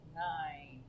nine